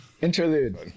interlude